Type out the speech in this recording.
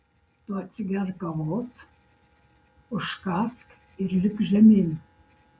tu atsigerk kavos užkąsk ir lipk žemyn